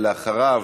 אחריו,